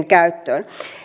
käyttöön